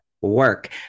Work